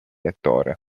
lettore